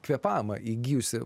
kvėpavimą įgijusi